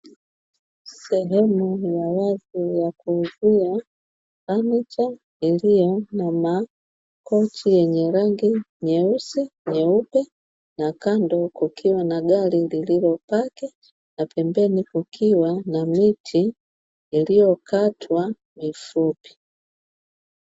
Sehemu ya wazi ya kuuzia fanicha iliyo na makochi yenye rangi nyeusi, nyeupe na kando kukiwa na gari lililopaki na pembeni kukiwa na miti iliyokatwa mifupi.